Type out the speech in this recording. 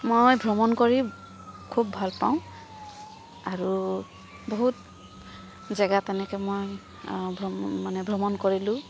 মই ভ্ৰমণ কৰি খুব ভাল পাওঁ আৰু বহুত জেগা তেনেকৈ মই ভ্ৰমণ মানে ভ্ৰমণ কৰিলোঁ